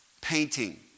painting